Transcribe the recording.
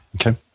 Okay